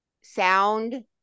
sound